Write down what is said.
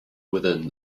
within